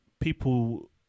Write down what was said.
people